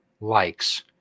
likes